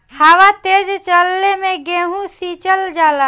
हवा तेज चलले मै गेहू सिचल जाला?